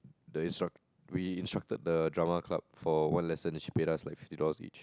the instruct we instructed the Drama Club for one lesson and she paid us like fifty dollars each